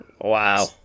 Wow